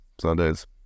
Sundays